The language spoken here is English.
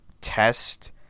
test